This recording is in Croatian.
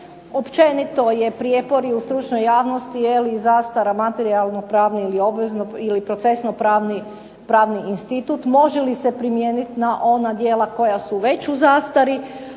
Općenito je prijepor i u stručnoj javnosti i zastara materijano-pravni ili procesno-pravni institut. Može li se primijenit na ona djela koja su već u zastari,